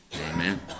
Amen